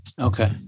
Okay